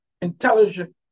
intelligence